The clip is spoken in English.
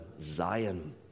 Zion